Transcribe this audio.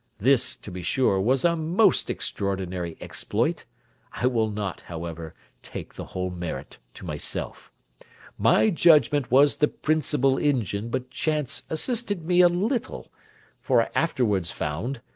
this, to be sure, was a most extraordinary exploit i will not, however, take the whole merit to myself my judgment was the principal engine, but chance assisted me a little for i afterwards found,